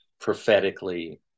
prophetically